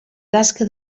tasca